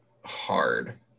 hard